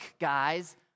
guys